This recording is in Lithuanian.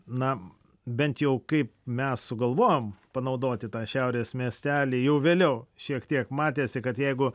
na bent jau kaip mes sugalvojom panaudoti tą šiaurės miestelį jau vėliau šiek tiek matėsi kad jeigu